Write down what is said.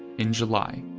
in july,